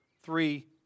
three